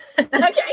Okay